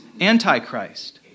Antichrist